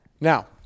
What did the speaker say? Now